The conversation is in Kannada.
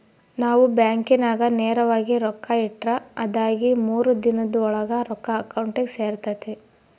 ನಾವು ಬ್ಯಾಂಕಿನಾಗ ನೇರವಾಗಿ ರೊಕ್ಕ ಇಟ್ರ ಅದಾಗಿ ಮೂರು ದಿನುದ್ ಓಳಾಗ ರೊಕ್ಕ ಅಕೌಂಟಿಗೆ ಸೇರ್ತತೆ